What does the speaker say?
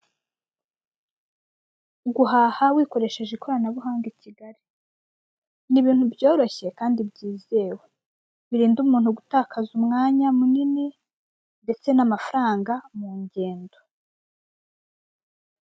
Guhaha wikoreshereje ikoranabuhanga i Kigali, ni ibintu byoroshye kandi byizewe birinda umuntu gutakaza umwanya munini ndetse n'amafaranga mu ngendo.